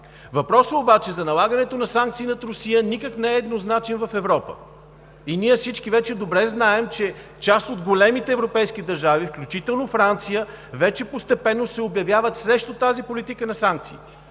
Въпросът обаче за налагането на санкции над Русия никак не е еднозначен в Европа. И ние всички вече добре знаем, че част от големите европейски държави, включително Франция, вече постепенно се обявяват срещу тази политика на санкциите.